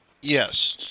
Yes